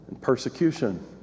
persecution